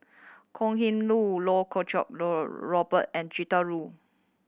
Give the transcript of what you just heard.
Kok Heng Leun Loh Choo Robert and Gretchen Liu